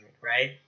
right